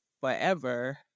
forever